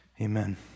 Amen